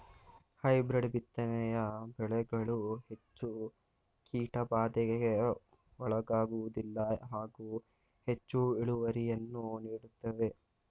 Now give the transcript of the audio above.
hybrid ಬಿತ್ತನೆಯ ಬೆಳೆಗಳು ಹೆಚ್ಚು ಕೀಟಬಾಧೆಗೆ ಒಳಗಾಗುವುದಿಲ್ಲ ಹಾಗೂ ಹೆಚ್ಚು ಇಳುವರಿಯನ್ನು ನೀಡುತ್ತವೆ